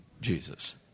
Jesus